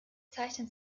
zeichnet